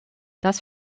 dass